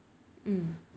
hmm